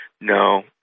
no